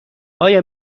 آیا